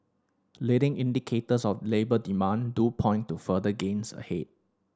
leading indicators of labour demand do point to further gains ahead